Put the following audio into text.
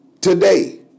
today